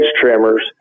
trimmers